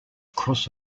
cross